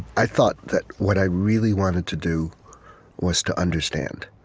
i thought that what i really wanted to do was to understand.